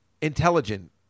intelligent